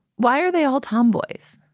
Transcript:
why are they all tomboys?